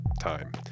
time